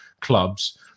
clubs